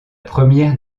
première